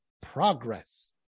progress